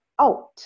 out